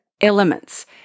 elements